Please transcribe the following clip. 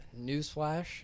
Newsflash